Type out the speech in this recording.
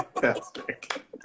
Fantastic